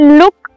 look